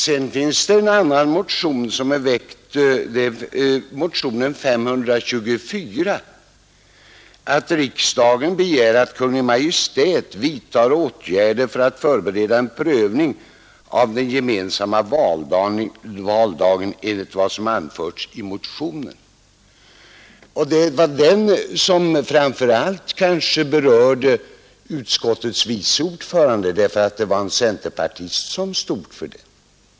Sedan finns motionen 524 av herr Andersson i Nybro m.fl., i vilken hemställes att riksdagen begär att Kungl. Maj:t vidtar åtgärder för att förbereda en prövning av den gemensamma valdagen enligt vad som anförts i motionen. Det var den motionen som kanske framför allt berörde utskottets vice ordförande därför att en centerpartist stod för den.